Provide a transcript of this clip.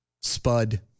spud